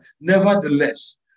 nevertheless